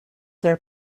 their